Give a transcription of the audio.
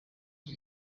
iki